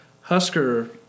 Husker